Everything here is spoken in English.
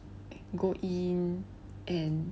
go in and